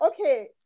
Okay